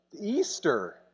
Easter